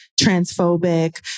transphobic